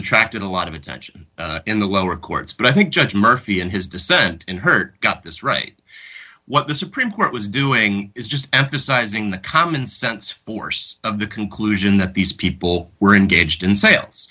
attracted a lot of attention in the lower courts but i think judge murphy and his dissent in hurt got this right what the supreme court was doing is just emphasizing the commonsense force of the conclusion that these people were engaged in sales